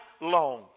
long